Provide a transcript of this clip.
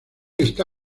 está